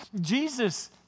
Jesus